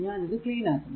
ഞാൻ ഇത് ക്ലീൻ ആക്കുന്നു